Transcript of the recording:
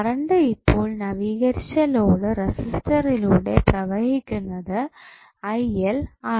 current ഇപ്പോൾ നവീകരിച്ച load റെസിസ്റ്ററിലൂടെ പ്രവഹിക്കുന്നത് ആണ്